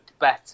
better